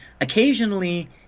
occasionally